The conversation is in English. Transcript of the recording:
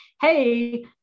hey